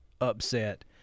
upset